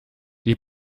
die